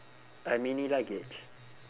a mini luggage